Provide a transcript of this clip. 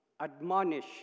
admonish